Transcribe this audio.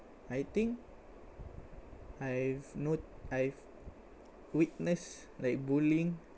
I think I've no~ I've witnessed like bullying